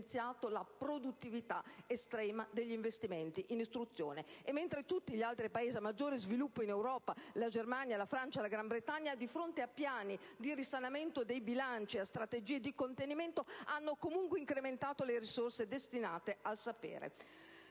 hanno evidenziato la produttività altissima degli investimenti in istruzione. E tutti gli altri Paesi a maggiore sviluppo in Europa (Germania, Francia e Gran Bretagna), pur a fronte di piani di risanamento dei bilanci e a strategie di contenimento, hanno comunque incrementato le risorse destinate al sapere.